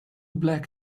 black